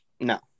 No